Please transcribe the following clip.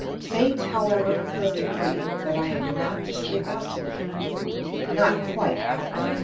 fate, however, has decreed that i am not to sleep out to-night not quite out.